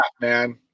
man